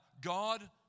God